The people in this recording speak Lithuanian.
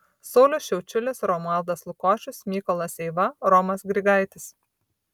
saulius šiaučiulis romualdas lukošius mykolas eiva romas grigaitis